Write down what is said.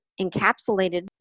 encapsulated